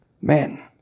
men